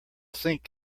sink